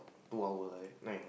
to our friend